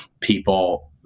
people